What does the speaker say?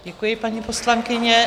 Děkuji, paní poslankyně.